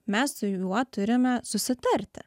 mes su juo turime susitarti